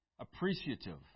appreciative